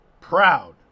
proud